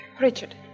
Richard